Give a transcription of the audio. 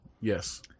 Yes